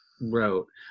wrote